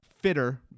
fitter